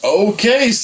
okay